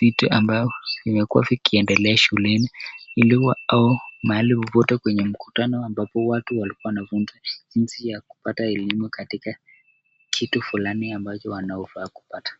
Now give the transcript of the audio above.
vitu ambayo imekuwa vikiendelea shuleni ili mahali popote kwenye mkutano ambapo watu walikuwa wanafunza jinsi ya kupata elimu katika kitu fulani ambacho wanafaa kupata.